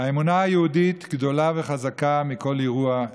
האמונה היהודית גדולה וחזקה מכל אירוע.